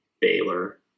Baylor